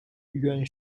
yuan